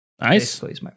nice